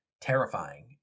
terrifying